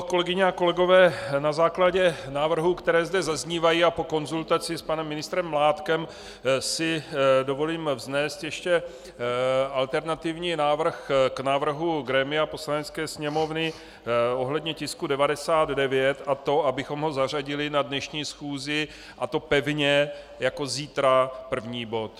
Kolegyně a kolegové, na základě návrhů, které zde zaznívají, a po konzultaci s panem ministrem Mládkem si dovolím vznést ještě alternativní návrh k návrhu grémia Poslanecké sněmovny ohledně tisku 99, a to abychom ho zařadili na dnešní schůzi, a to pevně jako první bod zítra.